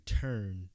turn